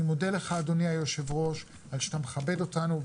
אני מודה לך אדוני היו"ר על שאתה מכבד אותנו,